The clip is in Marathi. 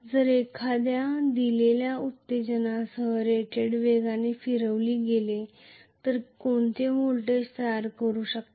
जर एखाद्या दिलेल्या उत्तेजनासह रेटेड वेगाने फिरविले गेले तर ते कोणते व्होल्टेज तयार करू शकते